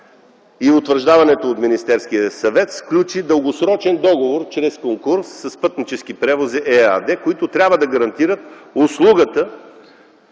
и утвърждаването й от Министерския съвет сключи дългосрочен договор чрез конкурс с „Пътнически превози” ЕАД, които трябва да гарантират услугата